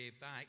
back